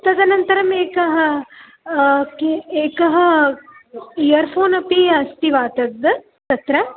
तदनन्तरम् एकः कि एकः इयर् फ़ोन् अपि अस्ति वा तद् तत्र